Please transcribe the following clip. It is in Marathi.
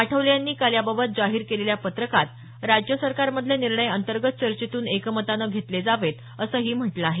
आठवले यांनी काल याबाबत जाहीर केलेल्या पत्रकात राज्य सरकारमधले निर्णय अंतर्गत चर्चेतून एकमतानं घेतले जावेत असंही म्हटलं आहे